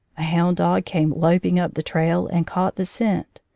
a hound dog came loping up the trail and caught the scent.